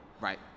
Right